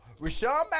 Rashawn